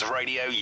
Radio